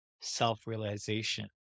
self-realization